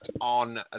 on